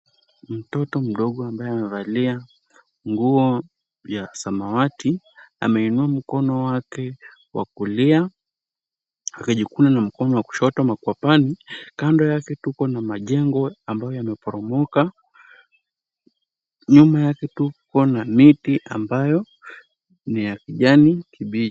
Mtoto mdogo ambaye amevalia nguo ya samawati ameinua mkono wake wa kulia akijikuna na mkono wa kushoto makwapani. Kando yake tuko na majengo ambayo yameporomoka. Nyuma yake tuko na miti ambayo ni ya kijani kibichi.